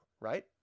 Right